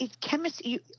chemistry